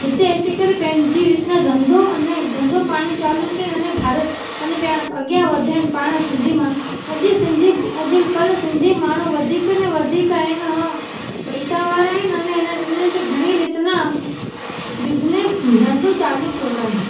हिते अची करे पंहिंजी इन धंधो अने धंधो पाणी चालू कयनि अने भार अने ॿिया अॻियां वधनि पाण सिंधी माण्हू अॼु सिंधी अॼु कल्ह सिंधी माण्हू वधीक ने वधीक आहिनि हा पइसा वारा आहिनि अने अनेक घणी रीति न बिज़िनिस धंधो चालू कियो अथनि